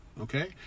okay